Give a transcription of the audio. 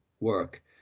work